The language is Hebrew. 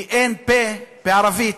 כי אין פ"א בערבית.